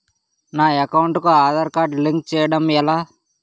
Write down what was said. నా అకౌంట్ కు Aadhaar card link చేయడం ఎలా?